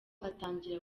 atangira